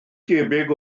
debyg